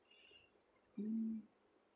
mm